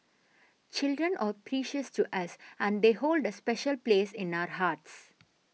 children are precious to us and they hold a special place in our hearts